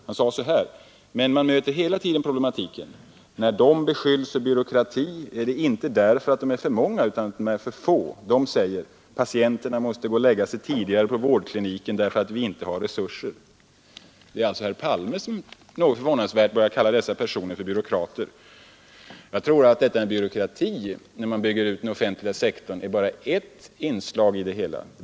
Han sade då så här: ”Men man möter hela tiden problematiken: när de beskylls för byråkrati är det inte därför att de är för många utan därför att de är för få. De säger: Patienterna måste lägga sig tidigare på vårdkliniken därför att vi inte har resurser.” Det är alltså herr Palme som, något förvånande, börjar kalla dessa personer för byråkrater. Jag tror att detta med byråkrati när man bygger ut den offentliga sektorn bara är ett inslag i det hela.